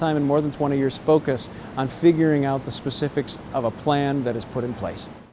time in more than twenty years focus on figuring out the specifics of a plan that is put in place